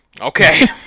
okay